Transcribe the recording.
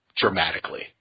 dramatically